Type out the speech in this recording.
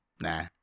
nah